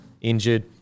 Injured